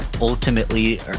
Ultimately